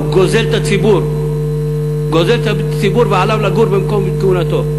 הוא גוזל את הציבור ועליו לגור במקום כהונתו.